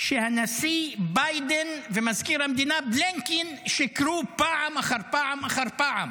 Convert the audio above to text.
שהנשיא ביידן ומזכיר המדינה בלינקן שיקרו פעם אחר פעם אחר פעם